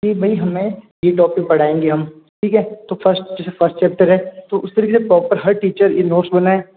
की भाई हमें ये टॉपिक पढ़ाएंगे हम ठीक है तो फर्स्ट जैसे फर्स्ट चैप्टर है तो उस तरीके से प्रॉपर हर टीचर नोट्स बनाएं